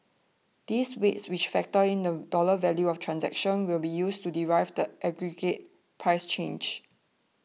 these weights which factor in the dollar value of transactions will be used to derive the aggregate price change